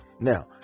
Now